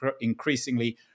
increasingly